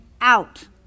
out